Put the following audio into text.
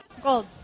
Gold